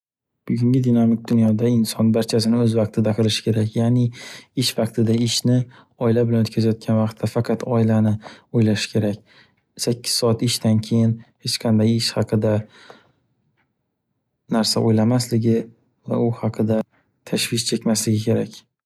Bugungi dinamik dunyoda inson barchasini o'z vaqtida qilishi kerak. Ya'ni, ish vaqtida ishni, oila bilan o'tkazayotgan vaqtda faqat oilani o'ylashi kerak. Sakkiz soat ishdan keyin hech qanday ish haqida narsa o'ylamasligi va u haqida tashvish chekmasligi kerak.